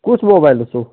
کُس موبایل اوسوٕ